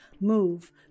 move